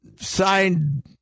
signed